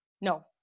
No